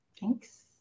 Thanks